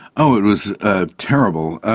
oh it was ah terrible.